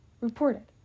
reported